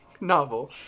novel